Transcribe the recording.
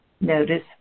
Notice